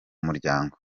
muryango